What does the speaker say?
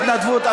התנדבות.